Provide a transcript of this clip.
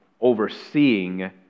overseeing